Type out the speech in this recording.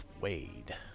Wade